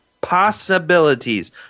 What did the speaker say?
Possibilities